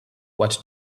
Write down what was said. what